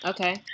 Okay